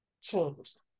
changed